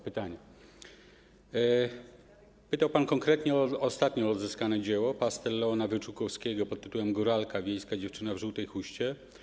Pytał pan konkretnie o ostatnio odzyskane dzieło - pastel Leona Wyczółkowskiego pt. „Góralka”, „Wiejska dziewczyna w żółtej chuście”